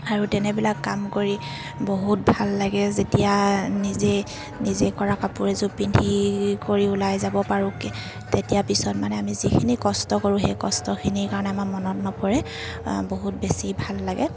আৰু তেনেবিলাক কাম কৰি বহুত ভাল লাগে যেতিয়া নিজে নিজে কৰা কাপোৰে এযোৰ পিন্ধি কৰি ওলাই যাব পাৰোঁ তেতিয়া পিছত মানে আমি যিখিনি কষ্ট কৰোঁ সেই কষ্টখিনিৰ কাৰণে আমাৰ মনত নপৰে বহুত বেছি ভাল লাগে